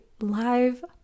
live